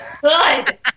Good